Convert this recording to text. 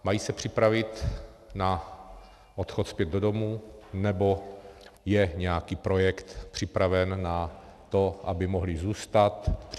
Mají se připravit na odchod zpět domů, nebo je nějaký projekt připraven na to, aby mohli zůstat?